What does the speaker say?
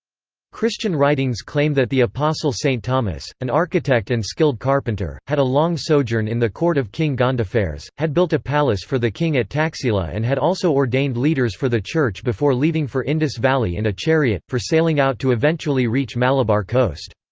christian writings claim that the apostle saint thomas an architect and skilled carpenter had a long sojourn in the court of king gondophares, had built a palace for the king at taxila and had also ordained leaders for the church before leaving for indus valley in a chariot, for sailing out to eventually reach malabar coast.